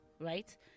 right